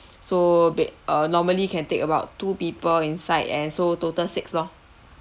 so bed uh normally can take about two people inside and so total six loh